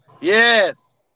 Yes